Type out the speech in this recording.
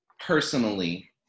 personally